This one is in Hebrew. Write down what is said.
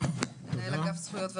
מנהל אגף זכויות ורווחה.